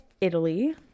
Italy